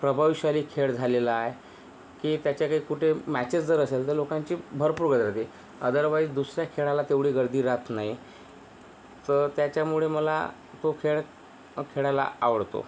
प्रभावशाली खेळ झालेला आहे की त्याच्या काही कुठे मॅचेस जर असेल तर लोकांची भरपूर गर्दी राहते अदरवाईज दुसऱ्या खेळाला तेवढी गर्दी राहत नाही तर त्याच्यामुळे मला तो खेळ खेळायला आवडतो